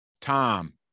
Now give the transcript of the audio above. Tom